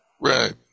Right